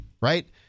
Right